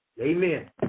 Amen